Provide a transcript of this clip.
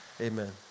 amen